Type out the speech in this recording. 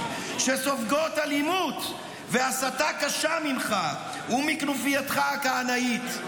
שסופגות אלימות והסתה קשה ממך ומכנופייתך הכהנאית.